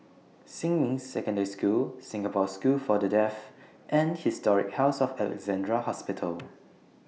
Xinmin Secondary School Singapore School For The Deaf and Historic House of Alexandra Hospital